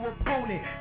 opponent